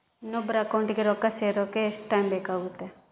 ಇನ್ನೊಬ್ಬರ ಅಕೌಂಟಿಗೆ ರೊಕ್ಕ ಸೇರಕ ಎಷ್ಟು ಟೈಮ್ ಬೇಕಾಗುತೈತಿ?